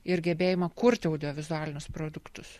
ir gebėjimą kurti audiovizualinius produktus